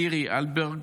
לירי אלבג,